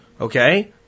Okay